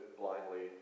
blindly